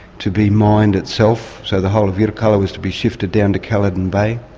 to be mined itself, so the whole of yirrkala was to be shifted down to culloden bay,